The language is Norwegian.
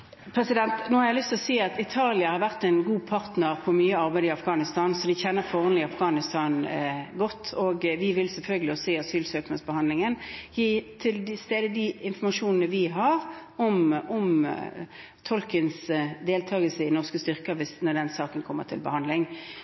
Italia har vært en god partner i mye arbeid i Afghanistan, så de kjenner forholdene i Afghanistan godt. Vi vil selvfølgelig i asylsøknadsbehandlingen tilstede den informasjonen vi har om tolkens deltakelse i norske styrker, når den saken kommer til behandling.